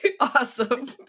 Awesome